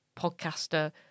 podcaster